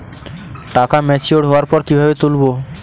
টাকা ম্যাচিওর্ড হওয়ার পর কিভাবে তুলব?